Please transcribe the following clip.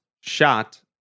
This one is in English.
shot